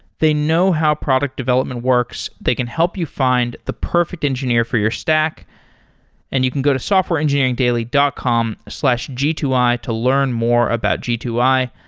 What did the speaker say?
they know how product development works. they can help you find the perfect engineer for your stack and you can go to softwareengineeringdaily dot com slash g two i to learn more about g two i.